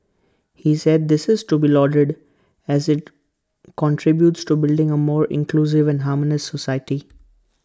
he said this is to be lauded as IT contributes to building A more inclusive and harmonious society